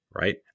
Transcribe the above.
right